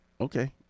okay